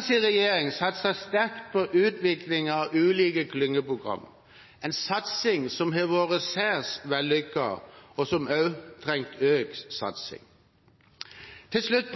regjering satset sterkt på utviklingen av ulike klyngeprogram, en satsing som har vært særs vellykket, og som òg trenger økt satsing. Til slutt: